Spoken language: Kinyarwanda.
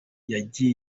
yagiye